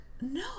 No